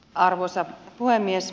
arvoisa puhemies